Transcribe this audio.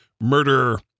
murder